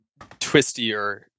twistier